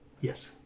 Yes